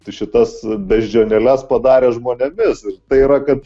tai šitas beždžionėles padarė žmonėmis tai yra kad